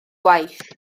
gwaith